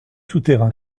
souterrain